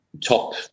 top